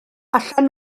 allan